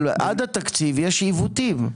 אבל עד התקציב יש עיוותים.